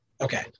Okay